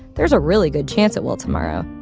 there's a really good chance it will tomorrow.